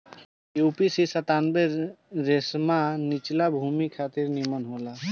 UPC सत्तानबे रेशमा निचला भूमि खातिर निमन होला